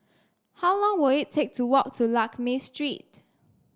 how long will it take to walk to Lakme Street